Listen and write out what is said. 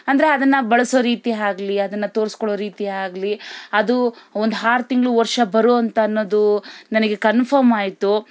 ಅಂದರೆ ಅದನ್ನು ಬಳಸೋ ರೀತಿ ಆಗ್ಲಿ ಅದನ್ನು ತೋರಿಸ್ಕೊಳೋ ರೀತಿ ಆಗಲಿ ಅದು ಒಂದು ಆರು ತಿಂಗಳು ವರ್ಷ ಬರುವಂತನ್ನೋದು ನನಗೆ ಕನ್ಫರ್ಮ್ಮಾಯ್ತು